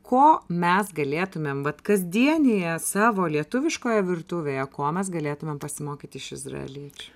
ko mes galėtumėm vat kasdienėje savo lietuviškoje virtuvėje ko mes galėtumėm pasimokyti iš izraeliečių